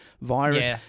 virus